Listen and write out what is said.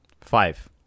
Five